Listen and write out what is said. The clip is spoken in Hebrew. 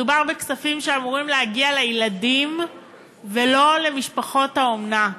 מדובר בכספים שאמורים להגיע לילדים ולא למשפחות האומנה,